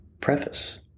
Preface